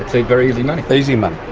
very easy money. easy money.